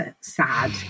sad